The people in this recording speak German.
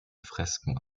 fresken